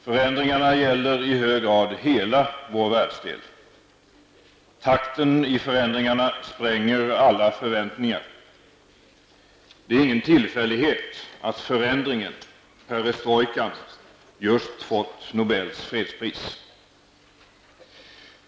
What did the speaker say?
Förändringarna gäller i hög grad hela vår världsdel. Takten i förändringarna spränger alla förväntningar. Det är ingen tillfällighet att förändringen -- perestrojkan -- just fått Nobels fredspris.